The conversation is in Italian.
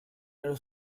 nello